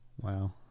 Wow